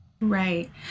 Right